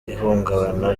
ihungabana